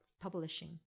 Publishing